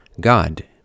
God